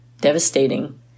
devastating